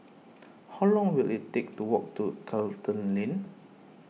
how long will it take to walk to Charlton Lane